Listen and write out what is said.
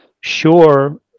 sure